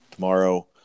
tomorrow